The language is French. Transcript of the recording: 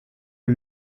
eut